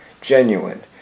genuine